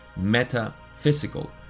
metaphysical